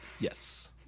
yes